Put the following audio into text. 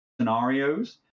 scenarios